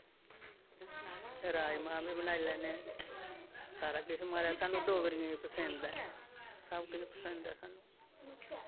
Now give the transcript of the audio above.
राजमाह् बी बनाई लैन्ने सारा किश म्हाराज सानूं डोगरियें गी पसंद ऐ सब्भ किश पसंद ऐ सानूं